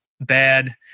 bad